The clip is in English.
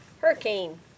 Hurricane